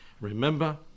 remember